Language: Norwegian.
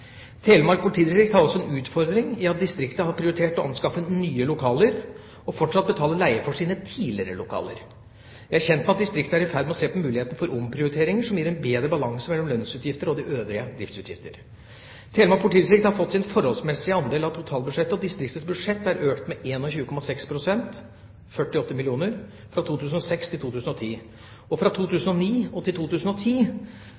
Telemark politidistrikt har også en utfordring i at distriktet har prioritert å anskaffe nye lokaler og fortsatt betaler leie for sine tidligere lokaler. Jeg er kjent med at distriktet er i ferd med å se på mulighetene for omprioriteringer som gir en bedre balanse mellom lønnsutgifter og de øvrige driftsutgifter. Telemark politidistrikt har fått sin forholdsmessige andel av totalbudsjettet, og distriktets budsjett er økt med 21,6 pst., 48 mill. kr, fra 2006 til 2010. Fra 2009 til 2010